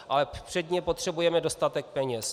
Ale předně potřebujeme dostatek peněz.